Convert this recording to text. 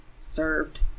served